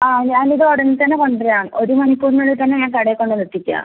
ആ ഞാനിത് ഉടനെ തന്നെ കൊണ്ട് വരാം ഒരു മണിക്കൂറിനുള്ളിൽ തന്നെ ഞാൻ കടയിൽ കൊണ്ടന്നെത്തിക്കാം